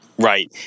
Right